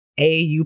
AU